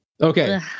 Okay